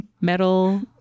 metal